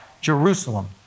Jerusalem